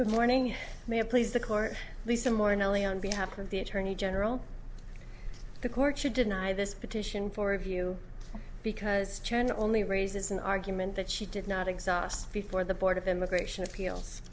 good morning may it please the court lisa moore nellie on behalf of the attorney general the court should deny this petition for review because only raises an argument that she did not exhaust before the board of immigration appeals